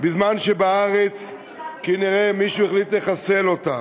בזמן שבארץ כנראה מישהו החליט לחסל אותה.